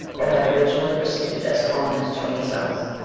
or had originally proceeded as colonists from the south.